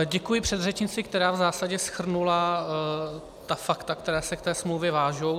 Děkuji předřečnici, která v zásadě shrnula ta fakta, která se k té smlouvě vážou.